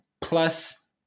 plus